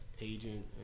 agent